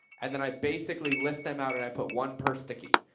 and then i basically list them out and i put one per sticky,